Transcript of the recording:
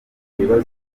bibazo